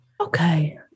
Okay